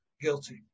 guilty